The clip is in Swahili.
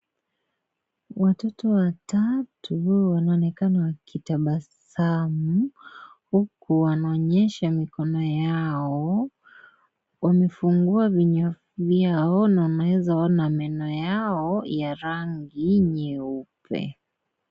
Watoto watatu wanaonekana wakitabasamu huku wanaonyesha mikono yao waefungua vinywa vyao na unaeza ona menoyao ya rangi nyeupe.